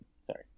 Sorry